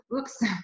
oops